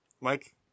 Mike